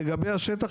לגבי השטח,